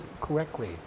correctly